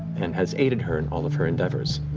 and has aided her in all of her endeavors.